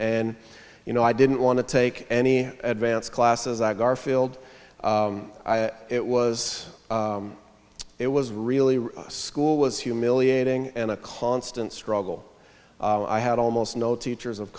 and you know i didn't want to take any advanced classes i garfield it was it was really school was humiliating and a constant struggle i had almost no teachers of